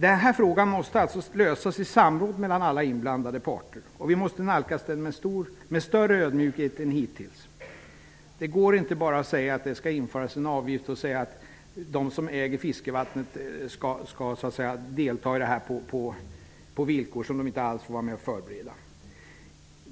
Denna fråga måste alltså lösas i samråd mellan alla inblandade parter. Vi måste nalkas den med större ödmjukhet än hittills. Det går inte bara att säga att det skall införas en avgift och att de som äger fiskevattnet skall delta i detta på villkor som de inte alls varit med att förbereda.